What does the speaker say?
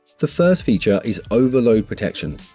the first feature is overload protection.